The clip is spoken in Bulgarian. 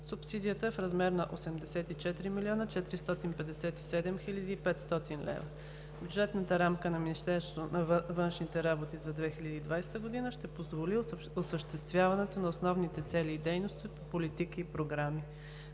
субсидията е в размер на 84 млн. 457 хил. 500 лв. Бюджетната рамка на Министерството на външните работи за 2020 г. ще позволи осъществяването на основните цели и дейности по политики и програми.